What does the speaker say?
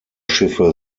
schiffe